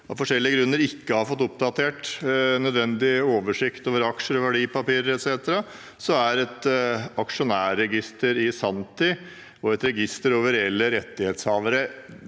av forskjellige grunner ikke har fått oppdatert nødvendig oversikt over aksjer, verdipapirer etc., er et aksjonærregister i sanntid og et register over reelle rettighetshavere